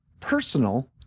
personal